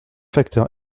facteur